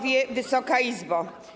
Wysoka Izbo!